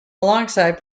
alongside